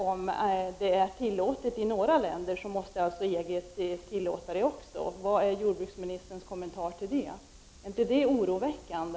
Om sådana organismer är tillåtna i några länder, måste således EG tillåta dem. Vad har jordbruksministern för kommentar till detta? Är inte detta oroväckande?